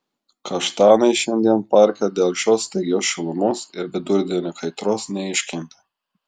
kaštanai šiandien parke dėl šios staigios šilumos ir vidurdienio kaitros neiškentė